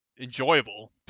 enjoyable